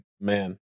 man